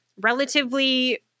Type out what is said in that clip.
Relatively